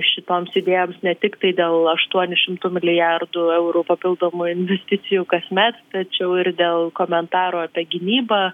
šitoms idėjoms ne tiktai dėl aštuonių šimtų milijardų eurų papildomai investicijų kasmet tačiau ir dėl komentaro apie gynybą